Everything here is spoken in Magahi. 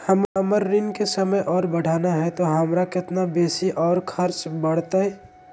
हमर ऋण के समय और बढ़ाना है तो हमरा कितना बेसी और खर्चा बड़तैय?